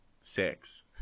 six